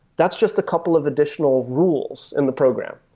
that's just a couple of additional rules in the program.